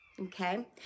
Okay